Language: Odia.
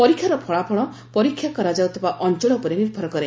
ପରୀକ୍ଷାର ଫଳାଫଳ ପରୀକ୍ଷା କରାଯାଉଥିବା ଅଞ୍ଚଳ ଉପରେ ନିର୍ଭର କରେ